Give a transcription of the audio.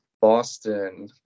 Boston